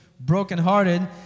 brokenhearted